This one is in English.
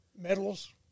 medals